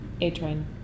A-Train